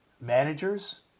managers